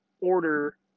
order